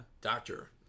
doctor